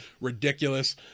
ridiculous